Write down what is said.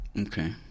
Okay